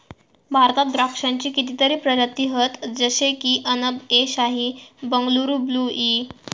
भारतात द्राक्षांची कितीतरी प्रजाती हत जशे की अनब ए शाही, बंगलूर ब्लू ई